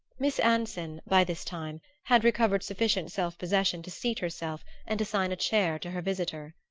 miss anson, by this time, had recovered sufficient self-possession to seat herself and assign a chair to her visitor.